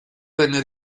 venne